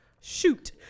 shoot